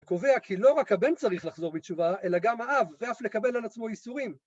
קובע כי לא רק הבן צריך לחזור בתשובה, אלא גם האב, ואף לקבל על עצמו איסורים.